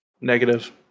Negative